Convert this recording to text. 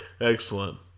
Excellent